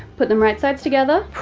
put them right sides together,